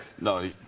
No